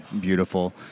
beautiful